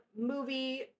movie